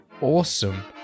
awesome